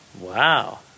Wow